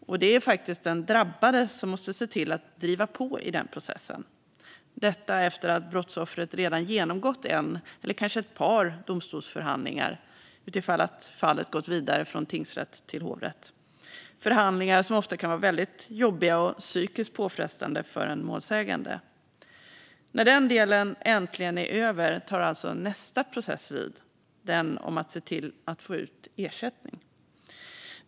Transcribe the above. Och det är faktiskt den drabbade som måste se till att driva på i den processen - detta efter att brottsoffret redan genomgått en eller kanske ett par domstolsförhandlingar om fallet gått vidare från tingsrätt till hovrätt. Det är förhandlingar som ofta kan vara väldigt jobbiga och psykiskt påfrestande för en målsägande. När den delen äntligen är över tar alltså nästa process vid - den om att se till att få ut ersättning.